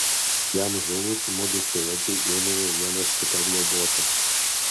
jam žuvus mudu su edžiu ėmėme vienas kitą globoti